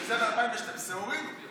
לכן ב-2012 הורידו.